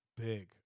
big